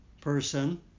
person